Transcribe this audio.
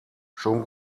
schon